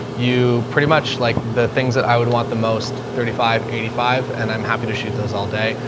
you pretty much like the things that i would want the most. thirty five, eighty five and i'm happy to shoot those all day.